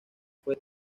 fue